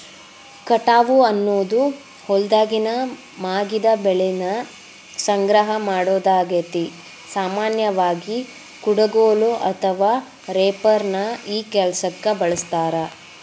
ಕಟಾವು ಅನ್ನೋದು ಹೊಲ್ದಾಗಿನ ಮಾಗಿದ ಬೆಳಿನ ಸಂಗ್ರಹ ಮಾಡೋದಾಗೇತಿ, ಸಾಮಾನ್ಯವಾಗಿ, ಕುಡಗೋಲು ಅಥವಾ ರೇಪರ್ ನ ಈ ಕೆಲ್ಸಕ್ಕ ಬಳಸ್ತಾರ